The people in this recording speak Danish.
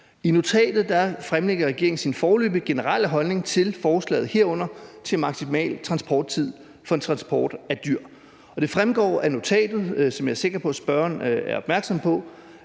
I notatet fremlægger regeringen sin foreløbige generelle holdning til forslaget, herunder til maksimal transporttid ved transport af dyr. Og det fremgår af notatet, som jeg er sikker på at spørgeren er opmærksom på,